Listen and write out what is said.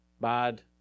bad